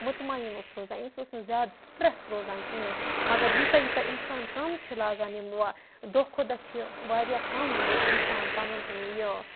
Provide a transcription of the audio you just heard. مطمعین اوس روزان أمِس ٲس نہٕ زیادٕ سٕٹرٛٮ۪س روزان کِہیٖنۍ مگر یوٗتاہ یوٗتاہ اِنسان کَم چھُ لاگان یِم دۄہ کھۄتہٕ دۄہ چھِ واریاہ کَم مطلب اِنسان پَنُن یہِ